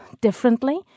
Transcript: differently